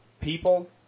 people